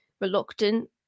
reluctant